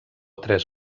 tres